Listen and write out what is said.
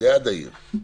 ליד העיר.